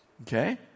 Okay